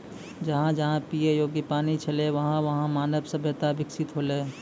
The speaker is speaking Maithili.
जहां जहां पियै योग्य पानी छलै वहां वहां मानव सभ्यता बिकसित हौलै